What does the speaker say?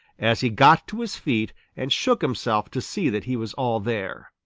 as he got to his feet and shook himself to see that he was all there.